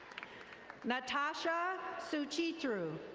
natasha suchitrue.